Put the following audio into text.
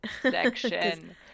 section